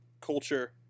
culture